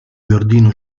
giardino